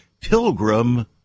Pilgrim